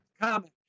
comment